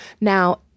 Now